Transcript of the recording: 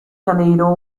janeiro